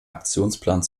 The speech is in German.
aktionsplan